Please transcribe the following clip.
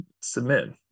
submit